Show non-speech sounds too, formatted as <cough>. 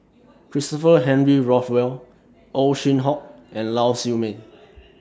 <noise> Christopher Henry Rothwell Ow Chin Hock and Lau Siew Mei